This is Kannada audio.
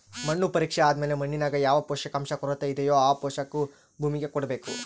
ಮಣ್ಣು ಪರೀಕ್ಷೆ ಆದ್ಮೇಲೆ ಮಣ್ಣಿನಾಗ ಯಾವ ಪೋಷಕಾಂಶ ಕೊರತೆಯಿದೋ ಆ ಪೋಷಾಕು ಭೂಮಿಗೆ ಕೊಡ್ಬೇಕು